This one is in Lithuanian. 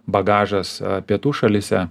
bagažas pietų šalyse